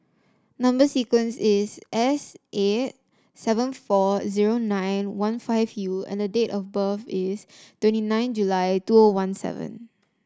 number sequence is S eight seven four zero nine one five U and the date of birth is twenty nine July two O one seven